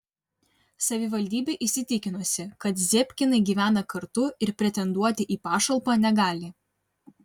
savivaldybė įsitikinusi kad zebkinai gyvena kartu ir pretenduoti į pašalpą negali